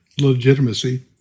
legitimacy